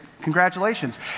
Congratulations